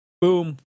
Boom